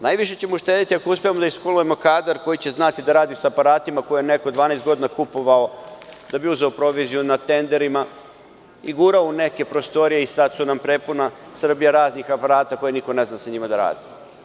Najviše ćemo uštedeti ako uspemo da iškolujemo kadar koji će znati da radi sa aparatima koje je neko 12 godina kupovao da bi uzeo proviziju na tenderima i gurao u neke prostorije i sada nam je prepuna Srbija raznih aparata na kojima niko ne zna da radi.